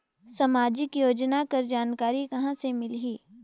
समाजिक योजना कर जानकारी कहाँ से मिलही?